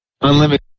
unlimited